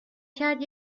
کرد